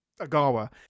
agawa